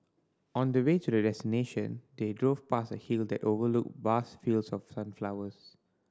on the way to their destination they drove past a hill that overlooked vast fields of sunflowers